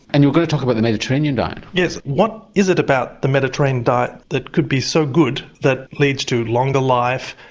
and you were going to talk about the mediterranean diet. yes, what is it about the mediterranean diet that could be so good that leads to longer life,